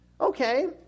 Okay